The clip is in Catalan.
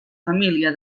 família